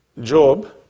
Job